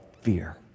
fear